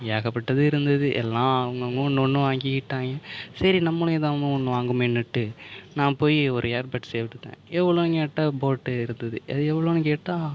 ஏகப்பட்டது இருந்தது எல்லாம் அவங்கவங்க ஒன்று ஒன்றும் வாங்கிக்கிட்டாங்க சரி நம்மளும் எதாவது ஒன்று வாங்குவோமேன்னுட்டு நான் போய் ஒரு ஏர்பட்ஸ் எடுத்தேன் எவ்வளோன்னு கேட்டால் போட்டு இருந்தது அது எவ்வளோன்னு கேட்டால்